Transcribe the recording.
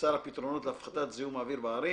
בסל הפתרונות להפחתת זיהום האוויר בערים."